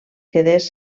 quedés